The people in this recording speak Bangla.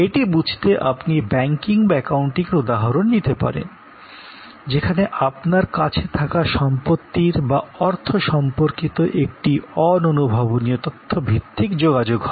এটি বুঝতে আপনি ব্যাঙ্কিং বা একাউন্টিং এর উদাহরণ নিতে পারেন যেখানে আপনার কাছে থাকা সম্পত্তির বা অর্থ সম্পর্কিত একটি অদৃশ্য তথ্য ভিত্তিক যোগাযোগ হয়